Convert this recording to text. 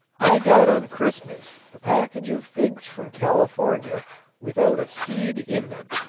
i got on christmas a package of figs from california without a seed in them.